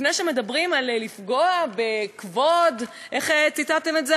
לפני שמדברים על לפגוע בכבוד, איך ציטטתם את זה?